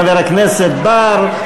חבר הכנסת בר,